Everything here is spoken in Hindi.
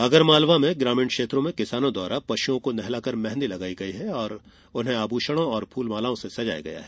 आगर मालवा में ग्रामीण क्षेत्रों में किसानों द्वारा पशुओं को नहलाकर मेंहदी लगाई गई है आभुषणों और फुलमालाओं से सजाया गया है